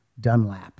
Dunlap